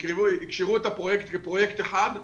יקשרו את הפרויקט כפרויקט אחד,